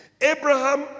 Abraham